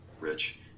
Rich